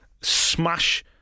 smash